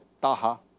Taha